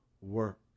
work